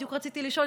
בדיוק רציתי לשאול.